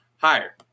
higher